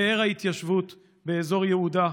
פאר ההתיישבות באזור יהודה,